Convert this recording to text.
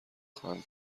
خواهم